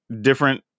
different